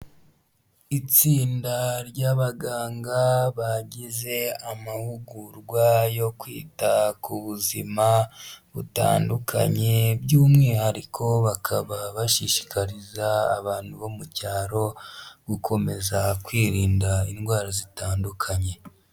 Itsinda ry'abaganga, bagize amahugurwa yo kwita ku buzima butandukanye, by'umwihariko bakaba bashishikariza abantu bo mu cyaro, gukomeza kwirinda indwara zitandukanye.